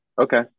Okay